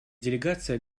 делегация